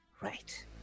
Right